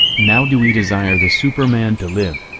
now do we desire the superman to live.